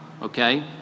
okay